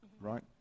right